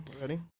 Ready